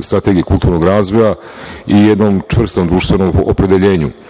strategije kulturnog razvoja i jednom čvrstom društvenom opredeljenju. Naravno,